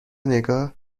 نگاه